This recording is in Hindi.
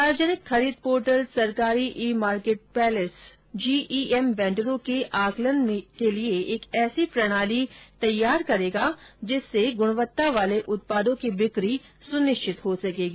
सार्वजनिक खरीद पोर्टल सरकारी ई मार्केट प्लेस जीईएम वेन्डरों के आंकलन मे लिये एक ऐसी प्रणाली तैयार करेगा जिससे गुणवत्ता वाले उत्पादों की बिकी सुनिश्चित हो सकेगी